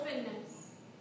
openness